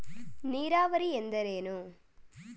ನೀರಾವರಿ ಎಂದರೇನು?